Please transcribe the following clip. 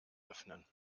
öffnen